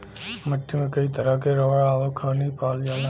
मट्टी में कई तरह के लवण आउर खनिज पावल जाला